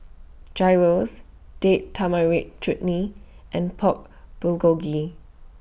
Gyros Date Tamarind Chutney and Pork Bulgogi